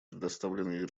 представленные